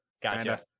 Gotcha